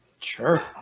sure